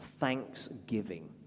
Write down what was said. thanksgiving